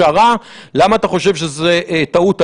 השערה למה אתה חושב שזה טעות,